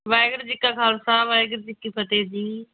ਵਾਹਿਗੁਰੂ ਜੀ ਕਾ ਖਾਲਸਾ ਵਾਹਿਗੁਰੂ ਜੀ ਕੀ ਫਤਿਹ ਜੀ